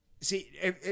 See